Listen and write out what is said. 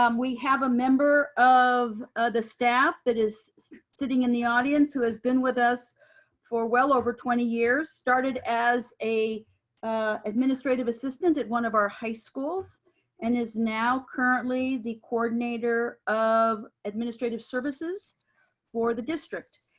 um we have a member of the staff that is sitting in the audience who has been with us for well over twenty years. started as a administrative assistant at one of our high schools and is now currently currently the coordinator of administrative services for the district.